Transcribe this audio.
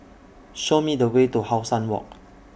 Show Me The Way to How Sun Walk